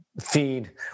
feed